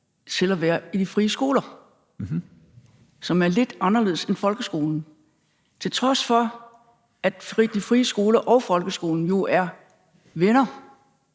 til at være i de frie skoler, som er lidt anderledes end folkeskolen, til trods for at de frie skoler og folkeskolen jo er venner,